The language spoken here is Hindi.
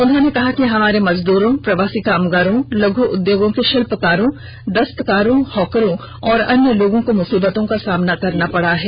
उन्होंने कहा कि हमारे मजदूरों प्रवासी कामगारों लघु उद्योगों के शिल्पकारों दस्तकारों हॉकरों और अन्य लोगों को मुसीबतों का सामना करना पड़ा है